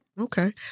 Okay